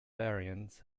variants